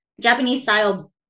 Japanese-style